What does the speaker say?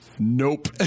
Nope